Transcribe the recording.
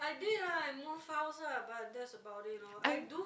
I did lah I have no files ah but that's about it lor I do